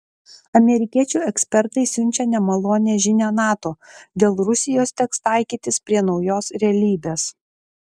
amerikiečių ekspertai siunčia nemalonią žinią nato dėl rusijos teks taikytis prie naujos realybės